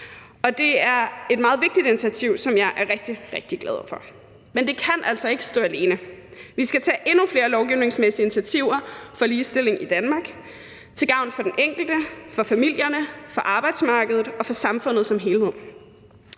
det er et meget vigtigt initiativ, som jeg er rigtig, rigtig glad for, men det kan altså ikke stå alene. Vi skal tage endnu flere lovgivningsmæssige initiativer for ligestilling i Danmark til gavn for den enkelte, for familierne, for arbejdsmarkedet og for samfundet som helhed.